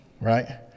right